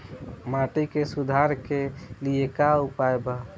माटी के सुधार के लिए का उपाय बा?